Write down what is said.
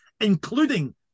including